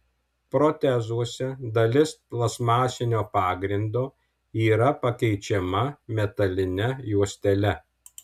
protezuose dalis plastmasinio pagrindo yra pakeičiama metaline juostele